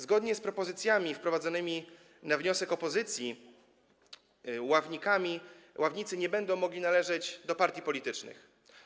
Zgodnie z propozycjami wprowadzonymi na wniosek opozycji ławnicy nie będą mogli należeć do partii politycznych.